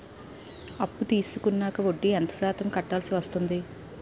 అప్పు తీసుకున్నాక వడ్డీ ఎంత శాతం కట్టవల్సి వస్తుంది?